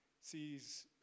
sees